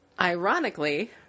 Ironically